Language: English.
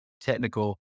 technical